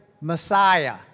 Messiah